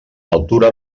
altura